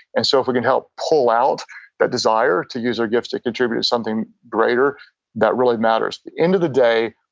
and so if we can help pull out that desire to use their gifts to contribute is something greater that really matters end of the day,